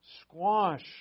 Squash